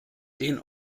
den